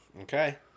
Okay